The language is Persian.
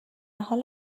حال